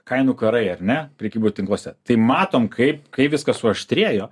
kainų karai ar ne prekybų tinkluose tai matom kaip kaip viskas suaštrėjo